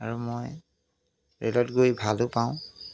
আৰু মই ৰে'লত গৈ ভালো পাওঁ